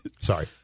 Sorry